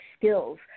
skills